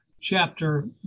chapter